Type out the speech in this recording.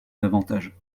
davantage